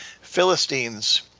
Philistines